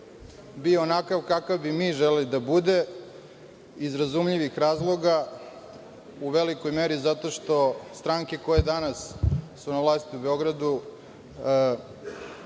bio onakav kakav bi mi želeli da bude iz razumljivih razloga, u velikoj meri zato što stranke koje danas su na vlasti u Beogradu